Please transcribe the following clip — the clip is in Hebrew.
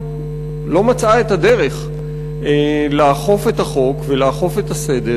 לא מצאה את הדרך לאכוף את החוק ולאכוף את הסדר